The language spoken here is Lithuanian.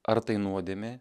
ar tai nuodėmė